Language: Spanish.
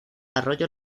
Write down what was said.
arroyo